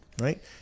right